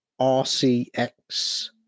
RCX